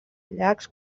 llacs